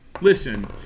Listen